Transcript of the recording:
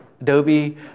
Adobe